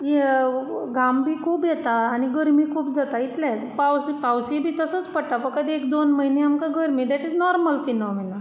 घाम बी खूब येता आनी गरमी खूब जाता इतलेंच पावस पावसय बी तसोच पडटा फकत एक दोन म्हयने आमकां गरमी देट इज नॉर्मल फिनोमिना